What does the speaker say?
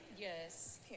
Yes